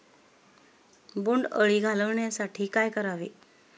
बोंडअळी घालवण्यासाठी काय करावे?